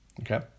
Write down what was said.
okay